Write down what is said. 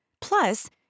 Plus